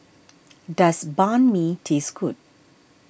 does Banh Mi taste good